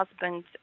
husband